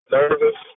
nervous